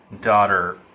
daughter